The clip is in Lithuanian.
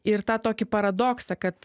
ir tą tokį paradoksą kad